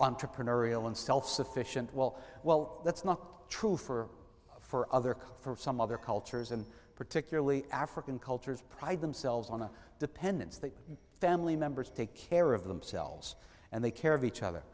entrepreneurial and self sufficient well well that's not true for for other for some other cultures and particularly african cultures pride themselves on a dependence that family members take care of themselves and they care of each other